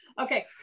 Okay